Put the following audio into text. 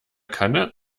kanne